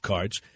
Cards